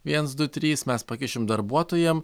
viens du trys mes pakišim darbuotojam